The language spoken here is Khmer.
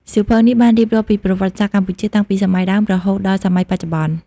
សៀវភៅនេះបានរៀបរាប់ពីប្រវត្តិសាស្ត្រកម្ពុជាតាំងពីសម័យដើមរហូតដល់សម័យបច្ចុប្បន្ន។